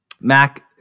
Mac